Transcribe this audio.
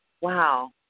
wow